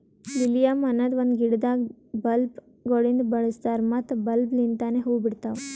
lilium ಅನದ್ ಒಂದು ಗಿಡದಾಗ್ ಬಲ್ಬ್ ಗೊಳಿಂದ್ ಬೆಳಸ್ತಾರ್ ಮತ್ತ ಬಲ್ಬ್ ಲಿಂತನೆ ಹೂವು ಬಿಡ್ತಾವ್